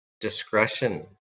discretion